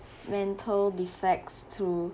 mental defects to